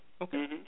Okay